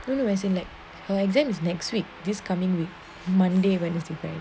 no no as in like her exam is next week this coming week monday wednesday